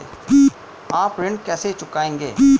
आप ऋण कैसे चुकाएंगे?